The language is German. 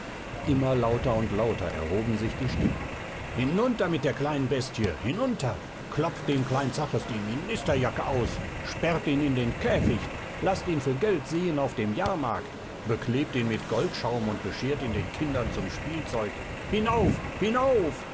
immer lauter und lauter erhoben sich die stimmen hinunter mit der kleinen bestie hinunter klopft dem klein zaches die ministerjacke aus sperrt ihn in den käficht laßt ihn für geld sehen auf dem jahrmarkt beklebt ihn mit goldschaum und beschert ihn den kindern zum spielzeug hinauf hinauf